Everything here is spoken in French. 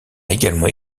également